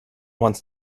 wants